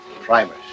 Primers